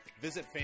Visit